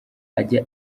ajya